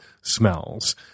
smells